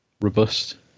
robust